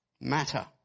matter